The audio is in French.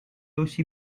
aussi